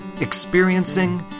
experiencing